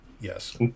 Yes